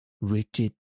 rigid